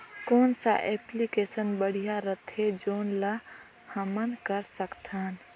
कौन सा एप्लिकेशन बढ़िया रथे जोन ल हमन कर सकथन?